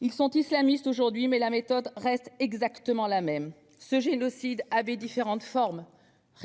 ils sont islamistes aujourd'hui, mais la méthode reste exactement la même. Ce génocide revêtait différentes formes